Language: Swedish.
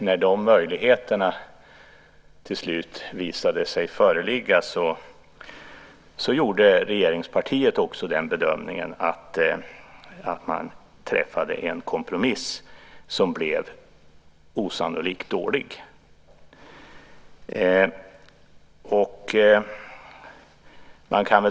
När de möjligheterna till slut visade sig föreligga träffade regeringspartiet tyvärr en kompromiss som blev osannolikt dålig.